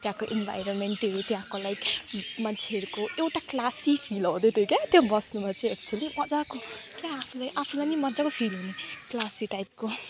त्यहाँको इन्भारोमेन्टहरू त्यहाँको लाइक मान्छेहरूको एउटा क्लासी फिल आउँदै थियो क्या त्यो बस्नुमा चाहिँ एक्चुवली त्यो मजाको क्या आफूले आफूलाई पनि मजाको फिल हुने क्लासी टाइपको